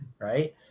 right